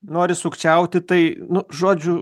nori sukčiauti tai nu žodžiu